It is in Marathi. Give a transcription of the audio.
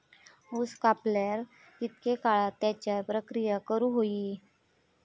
ऊस कापल्यार कितके काळात त्याच्यार प्रक्रिया करू होई?